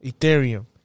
Ethereum